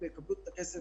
אבל ככלל,